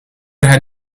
haar